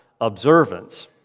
observance